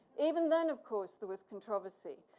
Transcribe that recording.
even then, of course, there was controversy.